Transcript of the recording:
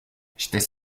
j’étais